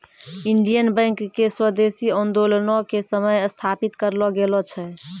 Indian bank के स्वदेशी आन्दोलनो के समय स्थापित करलो गेलो छै